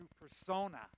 persona